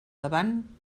davant